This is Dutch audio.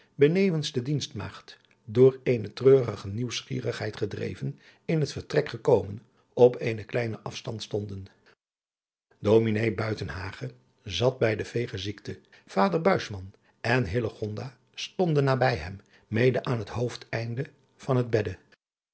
benevens de dienstmaagd door eene treurige nieuwsgierigheid gedreven in het vertrek gekomen op eenen kleinen afstand stonden ds buitenhagen zat bij de veege zieke vader buisman en hillegonda stonden nabij hem mede aan het hoofdeneinde van het bedde